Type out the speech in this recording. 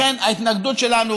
לכן ההתנגדות שלנו,